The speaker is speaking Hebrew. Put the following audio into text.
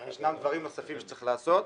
ישנם דברים נוספים שצריך לעשות.